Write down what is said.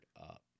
up